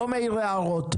לא מעיר הערות,